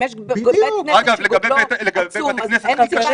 אם יש בית כנסת שגודלו עצום אין סיבה